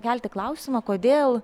kelti klausimą kodėl